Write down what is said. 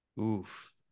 Oof